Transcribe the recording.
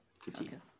Fifteen